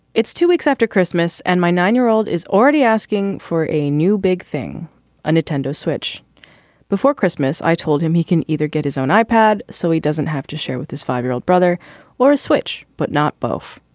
it's two weeks after christmas and my nine year old is already asking for a new big thing on a and tendo switch before christmas. i told him he can either get his own i-pad so he doesn't have to share with his five year old brother or a switch, but not both.